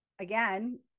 again